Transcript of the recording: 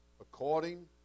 according